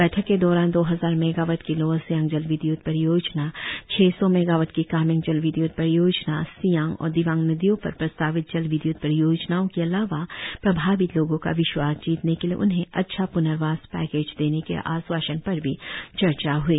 बैठक के दौरान दो हजार मेगावाट की लोअर सियांग जल विद्य्त परियोजना छह सौ मेगावाट की कामेंग जल विद्य्त परियोजना सियांग और दिबांग नदियों पर प्रस्तावित जल विद्य्त परियोजनाओं के अलावा प्रभावित लोगों का विश्वास जीतने के लिए उन्हें अच्छा प्नर्वास पैकेज देने के आश्वासन पर भी चर्चा हुई